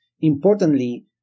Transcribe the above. Importantly